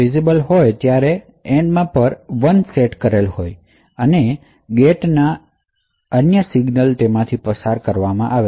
જ્યારે એનેબલ હોય એટલેકે જ્યારે એનેબલ 1 પર સેટ કરેલું હોય ત્યારે આ AND ગેટ અન્ય સિગ્નલને પસાર થવા દેશે